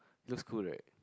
looks cool right